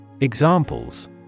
Examples